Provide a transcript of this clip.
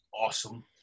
awesome